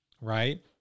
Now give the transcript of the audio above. right